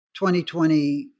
2020